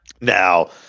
Now